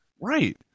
Right